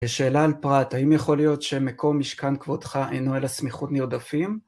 שאלה על פרט, האם יכול להיות שמקום משכן כבודך אינו אלא סמיכות נרדפים?